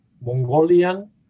Mongolian